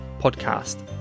podcast